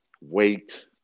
wait